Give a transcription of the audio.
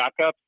backups